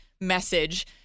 message